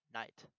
night